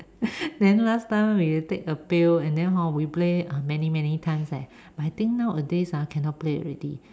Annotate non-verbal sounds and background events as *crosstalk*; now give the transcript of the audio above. *laughs* then last time we'll take a pail and then hor we play uh many many times leh but I think nowadays cannot play already